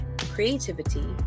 creativity